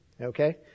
Okay